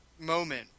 moment